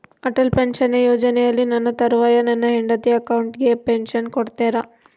Atal pension ಯೋಜನೆಯಲ್ಲಿ ನನ್ನ ತರುವಾಯ ನನ್ನ ಹೆಂಡತಿ ಅಕೌಂಟಿಗೆ ಪೆನ್ಶನ್ ಕೊಡ್ತೇರಾ?